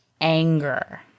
anger